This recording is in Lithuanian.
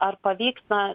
ar pavyks na